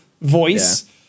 voice